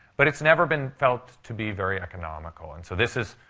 but it's never been felt to be very economical. and so this is